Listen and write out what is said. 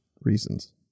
reasons